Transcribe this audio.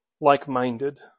like-minded